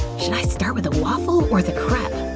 should i start with the waffle or the crepe?